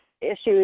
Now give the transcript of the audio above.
issues